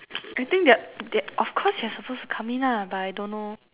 I think they they of course they're suppose to come in lah but I don't know